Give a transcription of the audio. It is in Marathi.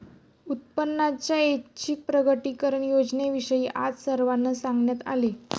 उत्पन्नाच्या ऐच्छिक प्रकटीकरण योजनेविषयी आज सर्वांना सांगण्यात आले